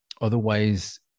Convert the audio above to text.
Otherwise